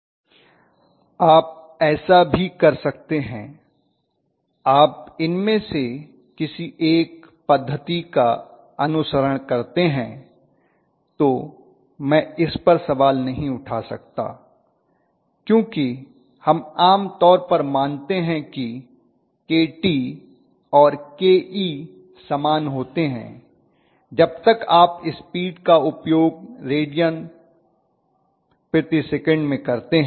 professor आप ऐसा भी कर सकते हैं आप इनमें से किसी एक पद्धति का अनुसरण करते हैं तो मैं इस पर सवाल नहीं उठा सकता क्योंकि हम आम तौर पर मानते हैं कि Kt और Ke समान होते हैं जब तक आप स्पीड का उपयोग रेडियन प्रति सेकंड में करते हैं